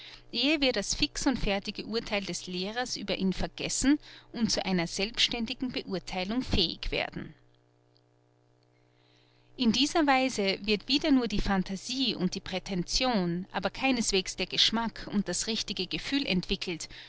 ehe wir das fix und fertige urtheil des lehrers über ihn vergessen und zu einer selbständigen beurtheilung fähig werden in dieser weise wird wieder nur die phantasie und die prätension aber keineswegs der geschmack und das richtige gefühl entwickelt